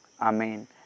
Amen